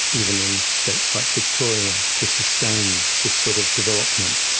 even in states like victoria, to sustain this sort of development.